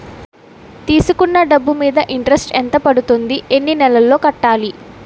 తీసుకున్న డబ్బు మీద ఇంట్రెస్ట్ ఎంత పడుతుంది? ఎన్ని నెలలో కట్టాలి?